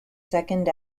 second